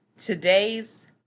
today's